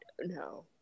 No